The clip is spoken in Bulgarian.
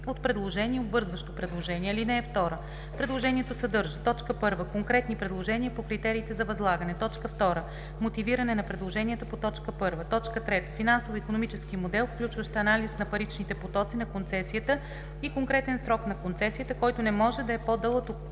от предложение и обвързващо предложение. (2) Предложението съдържа: 1. конкретни предложения по критериите за възлагане; 2. мотивиране на предложенията по т. 1; 3. финансово-икономически модел, включващ анализ на паричните потоци на концесията и конкретен срок на концесията, който не може да е по-дълъг от